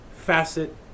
facet